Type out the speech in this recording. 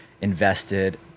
invested